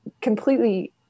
completely